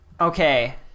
Okay